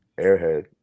airhead